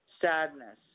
sadness